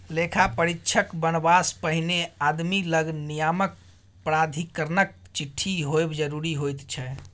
लेखा परीक्षक बनबासँ पहिने आदमी लग नियामक प्राधिकरणक चिट्ठी होएब जरूरी होइत छै